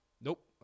Nope